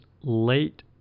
late